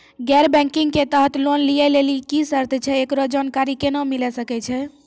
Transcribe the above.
गैर बैंकिंग के तहत लोन लए लेली की सर्त छै, एकरो जानकारी केना मिले सकय छै?